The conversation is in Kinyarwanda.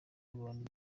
y’abantu